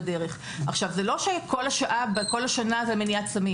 זה לא שכל השעה, בכל השנה, מתמקדת במניעת סמים